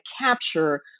capture